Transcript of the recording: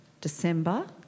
December